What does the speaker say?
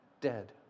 dead